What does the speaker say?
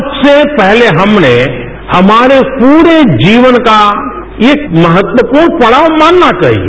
सबसे पहले हमने हमारे पूरे जीवन का एक महत्वपूर्ण पड़ाव मानना चाहिए